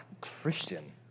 Christian